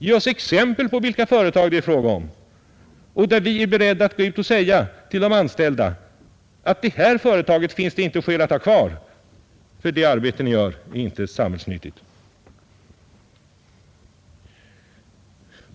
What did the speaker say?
Ge oss exempel på vilka företag det är och beträffande vilka ni är beredda att gå ut och säga till de anställda att det inte finns skäl att ha kvar företaget därför att det arbete det gör inte är samhällsnyttigt!